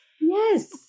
Yes